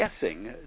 guessing